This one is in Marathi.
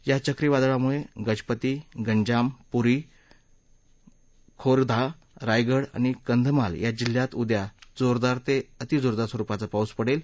या चक्रीवादळामुळे गजपती गंजाम पुरी खुर्दा रायगढ़ आणि कंधमाल या जिल्ह्यात उद्या जोरदार ते अतिजोरदार स्वरुपाचा पाऊस पडेल